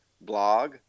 blog